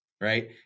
right